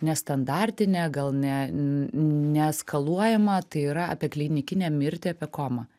nestandartinė gal ne neeskaluojama tai yra apie klinikinę mirtį apie komą